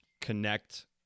connect